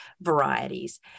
varieties